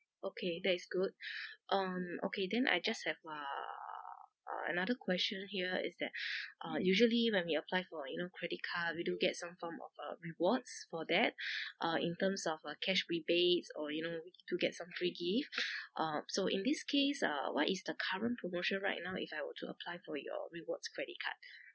okay that is good um okay then I just have a uh another question here is that uh usually when we apply for you know credit card we do get some form of uh rewards for that uh in terms of uh cash rebates or you know to get some free gifts uh so in this case uh what is the current promotion right now if I were to apply for your rewards credit card